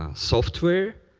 ah software,